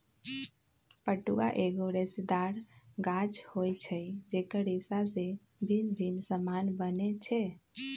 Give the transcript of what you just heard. पटुआ एगो रेशेदार गाछ होइ छइ जेकर रेशा से भिन्न भिन्न समान बनै छै